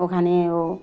ওখানে ও